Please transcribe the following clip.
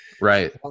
right